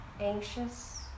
anxious